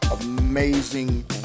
amazing